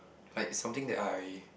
like it's something that I